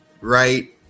right